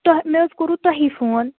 تۄ مےٚ حظ کوٚرو تۄہے فون